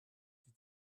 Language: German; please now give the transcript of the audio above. die